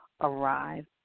arrive